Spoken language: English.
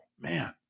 man